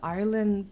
Ireland